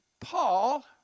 Paul